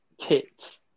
kits